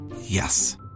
Yes